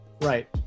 Right